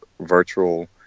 virtual